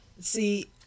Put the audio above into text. See